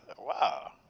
Wow